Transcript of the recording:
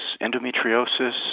endometriosis